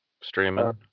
streaming